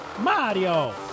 Mario